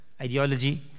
ideology